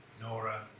Nora